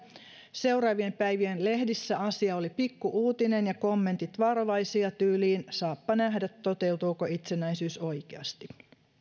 seuraavien päivien lehdissä asia oli pikku uutinen ja kommentit varovaisia tyyliin saapa nähdä toteutuuko itsenäisyys oikeasti